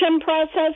process